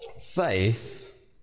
Faith